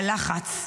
הלחץ,